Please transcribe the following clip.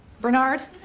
Bernard